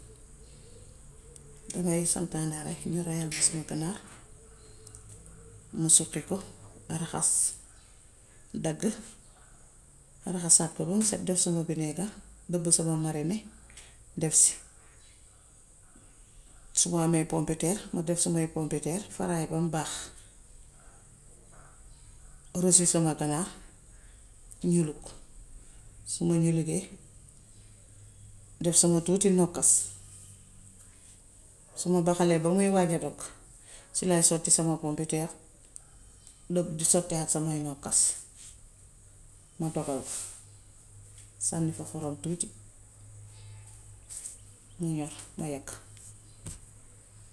Dangay santaane rekk ñu rayal la sa ganaar, ñu suqi ko, raxas, dagg, raxasaat ko bam set def sama bineegar, dëbb sama marine def si. Su ma amee samay pompiteer ma def samay popiteer faraay bam baax rósi sama ganaar, ñulug. Su ma ñulugee def sama tuuti nokkas. Su ma baxalee ba muy waaj a dog si laay sotti sama pompiteer doog di sottihaat samay nokkas, ma dogal ko, sànni ca xorom tuuti, mu ñor ma yakk.